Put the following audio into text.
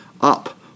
up